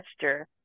gesture